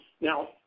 Now